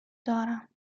دارم